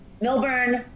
Milburn